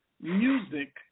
music